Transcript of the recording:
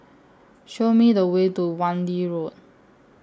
Show Me The Way to Wan Lee Road